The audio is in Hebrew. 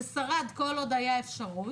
זה שרד כל עוד הייתה אפשרות,